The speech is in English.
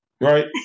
right